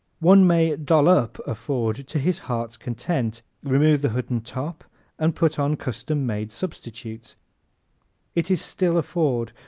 one may doll up a ford to his heart's content remove the hood and top and put on custom-made substitutes it is still a ford,